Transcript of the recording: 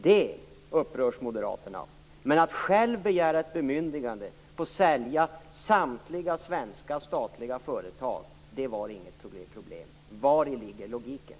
Det upprörs Moderaterna av. Men att själva begära ett bemyndigande att sälja samtliga svenska statliga företag var inget problem. Vari ligger logiken?